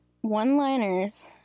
One-liners